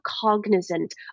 cognizant